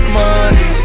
money